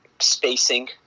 spacing